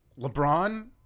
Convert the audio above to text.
LeBron